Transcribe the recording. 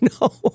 no